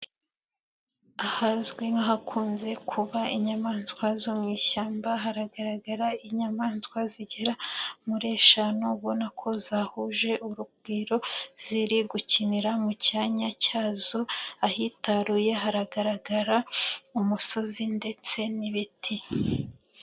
Ahazwi nk'ahakunze kuba inyamaswa zo mu ishyamba. Haragaragara inyamaswa zigera muri eshanu, ubona ko zahuje urugwiro ziri gukinira mu cyanya cyazo. Ahitaruye haragaragara umusozi ndetse n'ibiti.